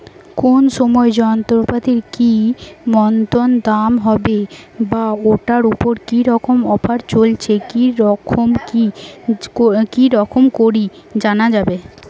কোন সময় যন্ত্রপাতির কি মতন দাম হবে বা ঐটার উপর কি রকম অফার চলছে কি রকম করি জানা যাবে?